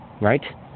right